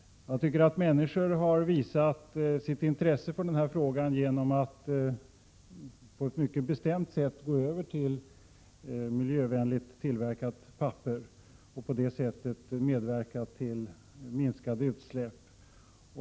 Jag tycker att människor har visat sitt intresse för den här frågan genom att de på ett mycket bestämt sätt gått över till miljövänligt tillverkat papper och på det sättet medverkat till minskade utsläpp.